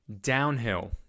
downhill